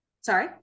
Sorry